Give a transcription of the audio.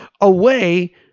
away